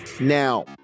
now